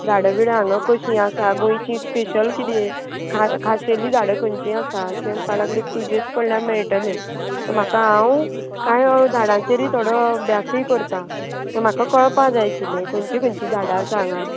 झाडां बिडां हांगा कशीं आसा गोंयची स्पेशल किदें खाशेली झाडां खंयची आसा तें म्हणपाक लागलें तुजेच कडल्यान मेळटलें म्हाका हांव कांय झाडांचेरूय थोडो अभ्यासूय करता म्हाका कळपा जाय आशिल्लें खंयची खंयचीं झाडां आसा हांगा